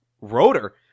Rotor